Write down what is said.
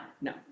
no